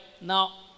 now